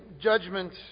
judgment